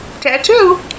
tattoo